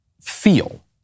feel